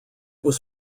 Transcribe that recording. was